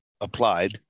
applied